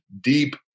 deep